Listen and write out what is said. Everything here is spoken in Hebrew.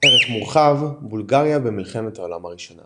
ערך מורחב – בולגריה במלחמת העולם הראשונה